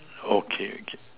okay K